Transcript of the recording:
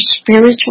spiritual